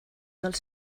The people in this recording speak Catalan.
dels